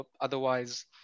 otherwise